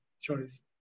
choice